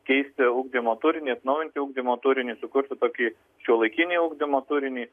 keisti ugdymo turinį atnaujinti ugdymo turinį sukurti tokį šiuolaikinį ugdymo turinį